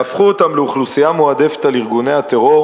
והפכו אותם לאוכלוסייה מועדפת על ארגוני הטרור